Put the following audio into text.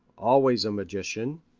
always a magician,